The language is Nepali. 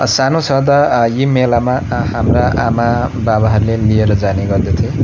सानो छँदा यी मेलामा हाम्रा आमाबाबाहरूले लिएर जाने गर्दथे